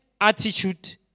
attitude